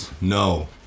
No